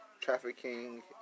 trafficking